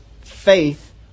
faith